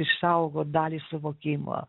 išaugo dalį suvokimo